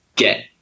get